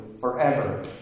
forever